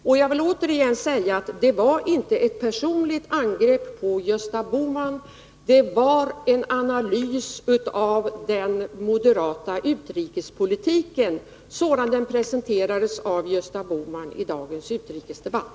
Och jag upprepar: Det var inte ett personligt angrepp på Gösta Bohman, det var en analys av den moderata utrikespolitiken sådan den presenterades av Gösta Bohman i dagens utrikesdebatt.